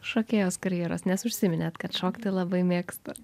šokėjos karjeros nes užsiminėt kad šokti labai mėgsta